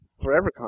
Forever